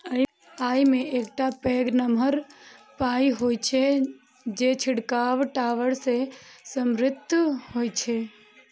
अय मे एकटा पैघ नमहर पाइप होइ छै, जे छिड़काव टावर सं समर्थित होइ छै